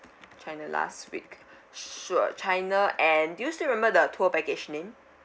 china last week sure china and do you still remember the tour package name